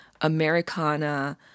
Americana